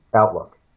outlook